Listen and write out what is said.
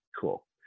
Cool